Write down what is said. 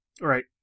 Right